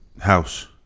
house